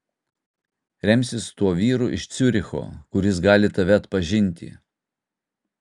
remsis tuo vyru iš ciuricho kuris gali tave atpažinti